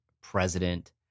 president